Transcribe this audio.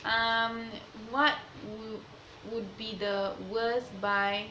um what would would be the worst buy